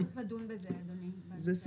צריך לדון בזה, אדוני, בנושא הזה.